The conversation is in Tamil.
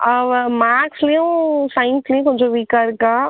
அவள் மேக்ஸ்லையும் சையன்ஸ்லையும் கொஞ்சம் வீக்காக இருக்காள்